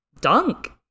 Dunk